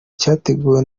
cyateguwe